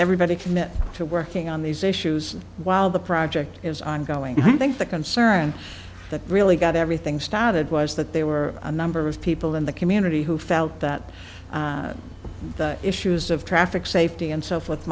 everybody commit to working on these issues while the project is ongoing and i think the concern that really got everything started was that there were a number of people in the community who felt that the issues of traffic safety and so forth